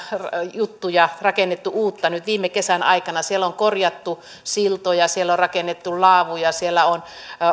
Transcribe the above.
juttuja rakennettu uutta nyt viime kesän aikana siellä on korjattu siltoja siellä on rakennettu laavuja siellä on